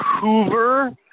Hoover